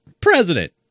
President